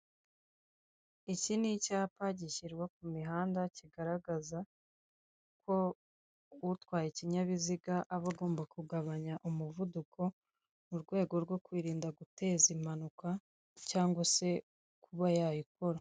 Iki ni icyapa gishyirwa ku mihanda, kigaragaza ko utwaye ikinyabiziga aba agomba kugabanya umuvuduko mu rwego rwo kwirinda guteza impanuka, cyangwa se kuba yayikora.